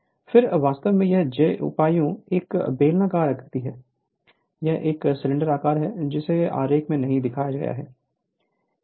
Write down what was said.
Refer Slide Time 0407 फिर वास्तव में यह j उपायों एक बेलनाकार आकृति है यह एक सिलेंडर आकार है जिसे आरेख में नहीं दिखाया गया है